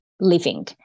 living